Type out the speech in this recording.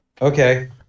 okay